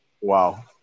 wow